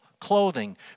clothing